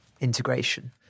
integration